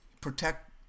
protect